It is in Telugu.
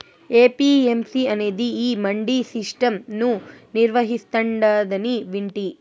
ఏ.పీ.ఎం.సీ అనేది ఈ మండీ సిస్టం ను నిర్వహిస్తాందని వింటి